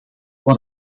wat